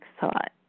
thought